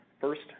First